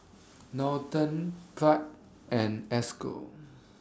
Norton Pratt and Esco